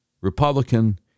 Republican